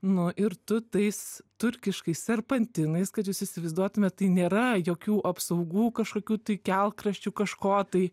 nu ir tu tais turkiškais serpantinais kad jūs įsivaizduotumėt tai nėra jokių apsaugų kažkokių tai kelkraščių kažko tai